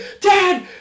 Dad